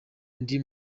ndi